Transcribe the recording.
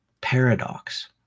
paradox